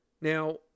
Now